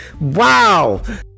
wow